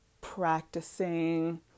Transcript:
practicing